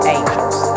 Angels